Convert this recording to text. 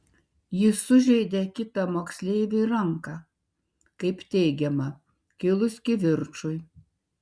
jis sužeidė kitą moksleivį į ranką kaip teigiama kilus kivirčui